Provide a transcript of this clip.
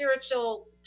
spiritual